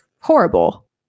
horrible